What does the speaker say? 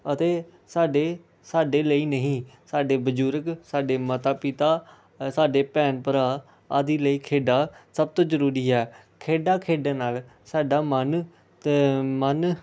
ਅਤੇ ਸਾਡੇ ਸਾਡੇ ਲਈ ਨਹੀਂ ਸਾਡੇ ਬਜ਼ੁਰਗ ਸਾਡੇ ਮਾਤਾ ਪਿਤਾ ਸਾਡੇ ਭੈਣ ਭਰਾ ਆਦਿ ਲਈ ਖੇਡਾਂ ਸਭ ਤੋਂ ਜ਼ਰੂਰੀ ਹੈ ਖੇਡਾਂ ਖੇਡਣ ਨਾਲ ਸਾਡਾ ਮਨ ਤ ਮਨ